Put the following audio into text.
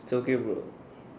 it's okay bro